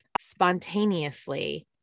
spontaneously